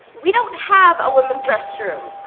we don't have a women's restroom.